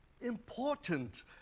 important